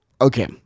okay